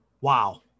wow